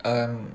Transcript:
um